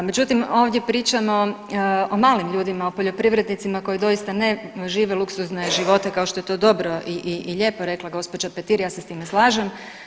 Međutim ovdje pričamo o malim ljudima, o poljoprivrednicima koji doista ne žive luksuzne živote kao što je to dobro i lijepo rekla gđa. Petir, ja se s time slažem.